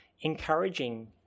encouraging